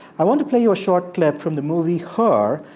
i want to play you a short clip from the movie her,